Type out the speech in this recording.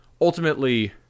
ultimately